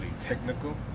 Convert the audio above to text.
technical